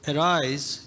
Arise